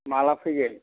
माब्ला फैगोन